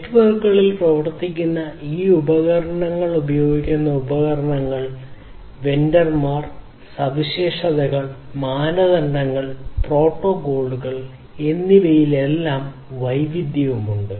നെറ്റ്വർക്കുകളിൽ പ്രവർത്തിക്കുന്ന ഈ ഉപകരണങ്ങൾ ഉപയോഗിക്കുന്ന ഉപകരണങ്ങൾ വെണ്ടർമാർ സവിശേഷതകൾ മാനദണ്ഡങ്ങൾ പ്രോട്ടോക്കോളുകൾ എന്നിവയിൽ വൈവിധ്യമുണ്ട്